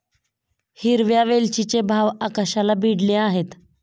हिरव्या वेलचीचे भाव आकाशाला भिडले आहेत